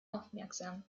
aufmerksam